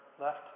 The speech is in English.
left